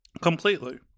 completely